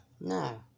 No